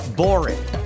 boring